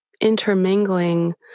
intermingling